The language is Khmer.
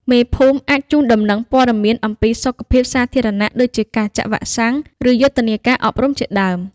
មេភូមិអាចជូនដំណឹងព័ត៌មានអំពី សុខភាពសាធារណៈ ដូចជាការចាក់វ៉ាក់សាំង ឬយុទ្ធនាការអប់រំជាដើម។